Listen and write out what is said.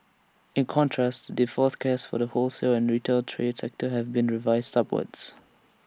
in contrast the forecast for the wholesale and retail trade sector have been revised upwards